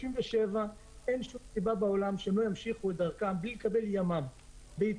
37. אין שום סיבה בעולם שהם לא ימשיכו את דרכם בלי לקבל ימ"מ בהתנדבות